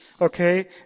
okay